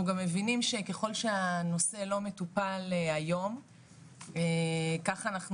אנחנו גם מבינים שככל שהנושא לא מטופל היום ככה אנחנו